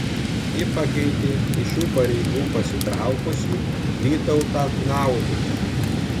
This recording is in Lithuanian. ji pakeitė iš šių pareigų pasitraukusi vytautą naudužą